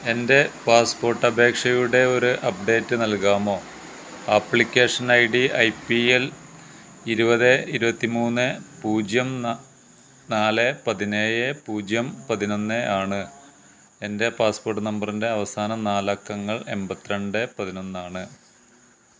എൻ്റെ പാസ്പോട്ട് അപേക്ഷയുടെ ഒരു അപ്ഡേറ്റ് നൽകാമോ application I D I P L ഇരുപത് ഇരുപത്തി മൂന്ന് പൂജ്യം ന നാല് പതിനേഴ് പൂജ്യം പതിനൊന്ന് ആണ് എന്റെ പാസ്പോർട്ട് നമ്പറിന്റെ അവസാന നാല് അക്കങ്ങൾ എൺപത്തിരണ്ട് പതിനൊന്നാണ്